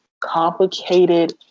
complicated